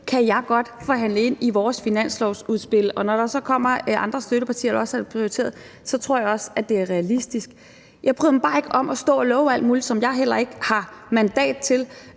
kan jeg godt forhandle ind i vores finanslovsudspil. Og når der så kommer andre støttepartier, der også prioriterer det, så tror jeg, det er realistisk. Jeg bryder mig bare ikke om at stå og love alt muligt, som jeg ikke har mandat til